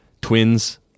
twins